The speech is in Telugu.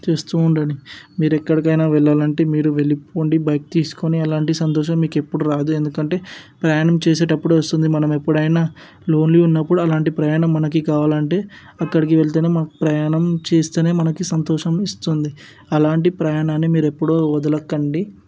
చేస్తూ ఉండండి మీరు ఎక్కడికైనా వెళ్ళాలంటే మీరు వెళ్ళిపోండి బైక్ తీసుకొని అలాంటి సంతోషం మీకు ఎప్పుడు రాదు ఎందుకంటే ప్రయాణం చేసేటప్పుడు వస్తుంది మనం ఎప్పుడైనా లోన్లీ ఉన్నప్పుడు అలాంటి ప్రయాణం మనకి కావాలంటే అక్కడికి వెళితేనే మనకి ప్రయాణం చేస్తేనే మనకి సంతోషం ఇస్తుంది అలాంటి ప్రయాణాన్ని మీరు ఎప్పుడూ వదలకండి